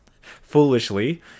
foolishly